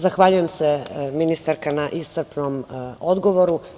Zahvaljujem se ministarka na iscrpnom odgovoru.